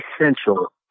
essential